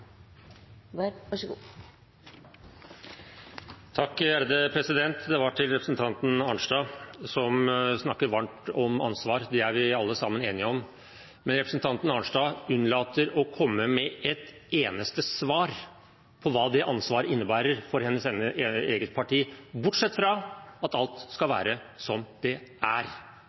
Til representanten Arnstad, som snakker varmt om ansvar: Det er vi alle sammen enige om. Men representanten Arnstad unnlater å komme med et eneste svar på hva det ansvaret innebærer for hennes eget parti, bortsett fra at alt skal være som det er